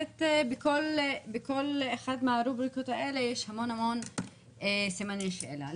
בכל אחד מן הטורים האלה יש המון סימני שאלה.